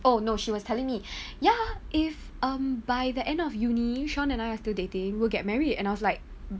oh no she was telling me ya if um by the end of uni shaun and I still dating will get married and I was like